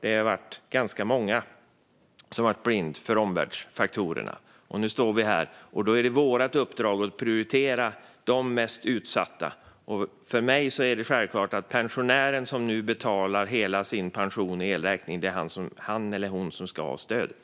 Det är ganska många som har varit blinda för omvärldsfaktorerna. Nu står vi här, och då är det vårt uppdrag att prioritera de mest utsatta. För mig är det självklart att det är pensionären som nu betalar hela sin pension i elräkning som ska ha stödet.